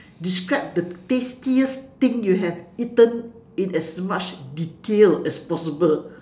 describe the tastiest thing you have eaten in as much detail as possible